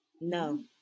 No